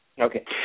Okay